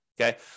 okay